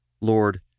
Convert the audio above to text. Lord